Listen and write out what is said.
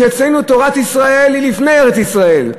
כשאצלנו תורת ישראל היא לפני ארץ-ישראל.